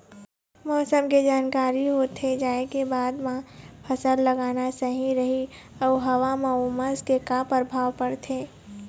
मौसम के जानकारी होथे जाए के बाद मा फसल लगाना सही रही अऊ हवा मा उमस के का परभाव पड़थे?